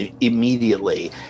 immediately